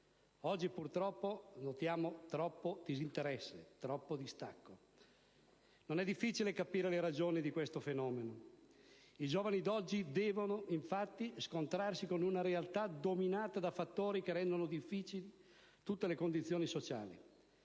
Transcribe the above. Oggi purtroppo notiamo troppo disinteresse, troppo distacco. Non è difficile capire le ragioni di questo fenomeno: i giovani d'oggi devono, infatti, scontrarsi con una realtà dominata da fattori che rendono difficili tutte le condizioni sociali.